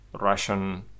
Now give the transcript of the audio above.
Russian